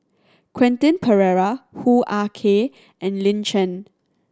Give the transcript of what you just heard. Quentin Pereira Hoo Ah Kay and Lin Chen